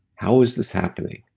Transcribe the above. how is this happening?